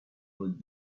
with